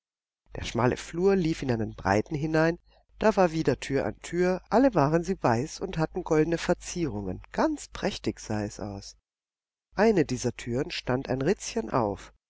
der schmale flur lief in einen breiten hinein da war wieder tür an tür alle waren sie weiß und hatten goldene verzierungen ganz prächtig sah es aus eine dieser türen stand ein ritzchen auf